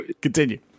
continue